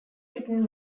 written